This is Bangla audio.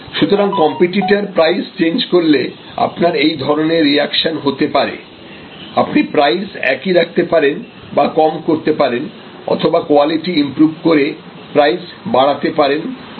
সুতরাং কম্পিটিটার প্রাইস চেঞ্জ করলে আপনার এই ধরনের রিয়াকশন হতে পারে আপনি প্রাইস একই রাখতে পারেন বা কম করতে পারেন অথবা কোয়ালিটি ইম্প্রুভ করে প্রাইস বাড়াতে পারেন ইত্যাদি